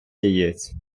яєць